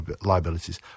liabilities